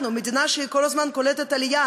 אנחנו מדינה שכל הזמן קולטת עלייה,